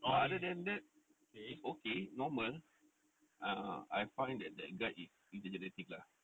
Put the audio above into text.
but other than that is okay normal err I find that that guard is intimidating lah